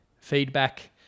feedback